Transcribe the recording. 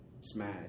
Smash